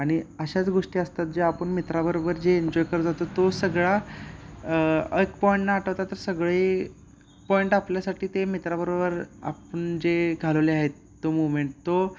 आणि अशाच गोष्टी असतात जे आपण मित्राबरोबर जे एन्जॉय करतो तो सगळा एक पॉईंट न आठवता तर सगळे पॉईंट आपल्यासाठी ते मित्राबरोबर आपण जे घालवले आहेत तो मुवमेंट तो